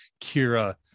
kira